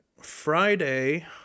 Friday